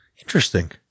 Interesting